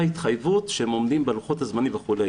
שהם עומדים בלוחות הזמנים וכו'.